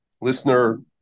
listener